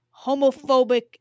homophobic